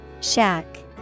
Shack